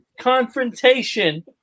confrontation